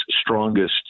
strongest